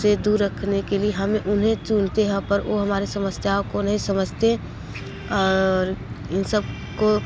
से दूर रखने के लिए हम उन्हें चुनते हैं पर वह हमारे समस्याओं को नहीं समझते और इन सबको